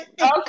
Okay